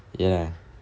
ya